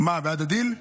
מה, בעד הדיל?